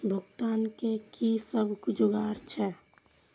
भुगतान के कि सब जुगार छे?